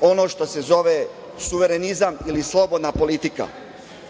ono što se zove suverenizam ili slobodna politika. Opet